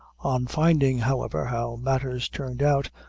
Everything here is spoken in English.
on finding, however, how matters turned out,